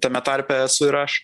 tame tarpe esu ir aš